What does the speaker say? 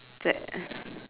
that